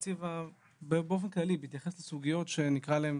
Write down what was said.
אז באופן כללי בהתייחס לסוגיות שנקרא להם